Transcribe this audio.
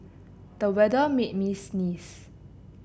the weather made me sneeze